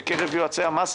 בקרב יועצי המס,